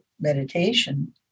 meditation